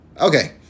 Okay